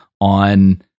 on